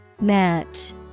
Match